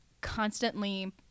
constantly